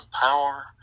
power